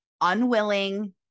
unwilling